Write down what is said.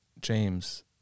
James